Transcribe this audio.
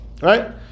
Right